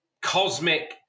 cosmic